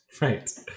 Right